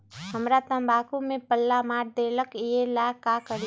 हमरा तंबाकू में पल्ला मार देलक ये ला का करी?